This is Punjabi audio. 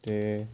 ਅਤੇ